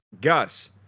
Gus